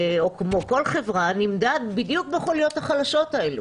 כמו כל חברה, נמדד בדיוק בחוליות החלשות האלה,